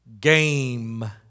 game